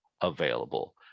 available